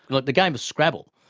like the game of scrabble,